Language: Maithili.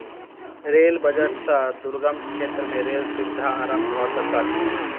रेल बजट सॅ दुर्गम क्षेत्र में रेल सुविधा आरम्भ भ सकल